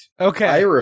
Okay